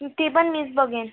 ते पण मीच बघेन